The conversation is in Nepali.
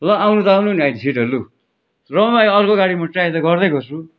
ल आउनु त आउनु नि अहिले छिटो लु रम अई अर्को गाडी म ट्राई त गर्दै गर्छु